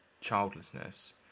childlessness